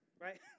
right